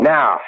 Now